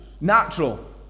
natural